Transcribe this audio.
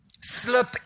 slip